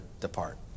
depart